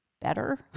better